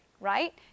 right